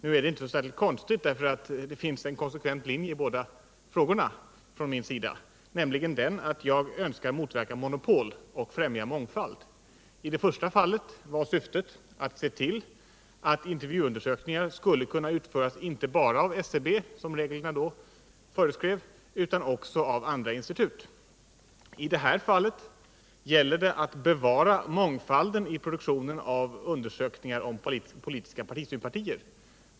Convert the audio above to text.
Nu är det inte så underligt, eftersom jag följer en konsekvent linje i båda frågorna, nämligen att motverka monopol och främja mångfald. I det första fallet var syftet att se till att statliga intervjuundersökningar skulle kunna utföras inte bara av SCB, som reglerna då föreskrev, utan också av andra institut. I detta fall gäller det att bevara mångfalden i produktionen av undersökningar om politiska partisympatier.